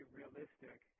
realistic